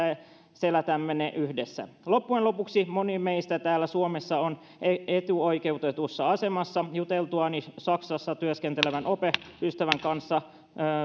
selätämme ne yhdessä loppujen lopuksi moni meistä täällä suomessa on etuoikeutetussa asemassa juteltuani saksassa työskentelevän opeystävän kanssa